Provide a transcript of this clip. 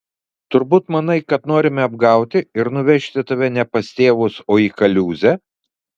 turbūt manai kad norime apgauti ir nuvežti tave ne pas tėvus o į kaliūzę